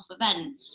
event